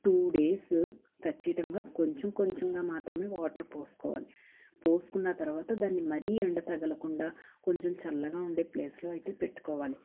two days ఖచ్చితంగా కొంచెం కొంచెంగా మాత్రమే వాటర్ పోసుకోవాలి పోసుకున్న తర్వాత దాన్ని మరీ ఎండ తగలకుండా కొంచెం చల్లగా ఉండే ప్లేస్లో అయితే పెట్టుకోవాలి